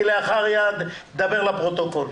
שכלאחר יד תדבר לפרוטוקול.